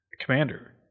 Commander